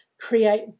create